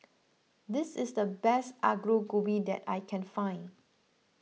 this is the best Aloo Gobi that I can find